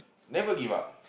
never give up